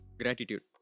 gratitude